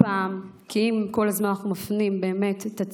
כי אם כל הזמן אנחנו מפנים את הציבור,